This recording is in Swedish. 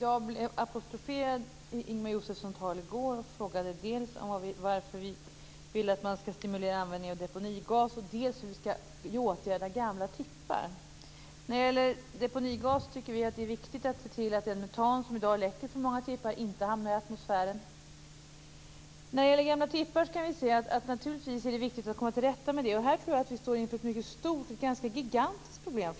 Jag blev apostroferad i Ingemar Josefssons anförande i går. Han frågade dels om varför vi vill att man skall stimulera användning av deponigas, dels om hur vi vill åtgärda gamla tippar. När det gäller deponigas tycker vi att det är viktigt att se till att den metan som i dag läcker från gamla tippar inte hamnar i atmosfären. När det gäller gamla tippar är det naturligtvis viktigt att komma till rätta med det. Här står vi inför ett gigantiskt problem.